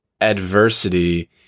adversity